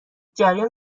جریان